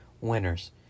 winners